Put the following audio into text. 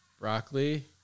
Broccoli